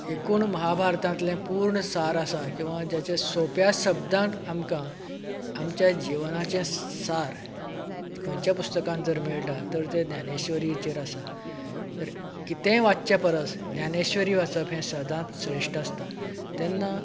एकूण महाभारतांतले पूर्ण सार आसा किंवां जाचे सोप्या शब्दान आमकां आमच्या जिवनांचे सार खंयचे पुस्तकांत जर मेळटा तर ते ज्ञानेश्वरीचेर आसा तर कितेंय वाचच्या परस ज्ञानेश्वरी वाचप हे सदांच श्रेश्ठ आसता तेन्ना